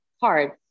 hard